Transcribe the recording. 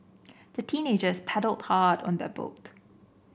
the teenagers paddled hard on their boat